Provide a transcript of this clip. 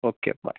okay bye